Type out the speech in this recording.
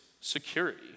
security